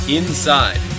inside